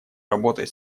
работой